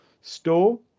store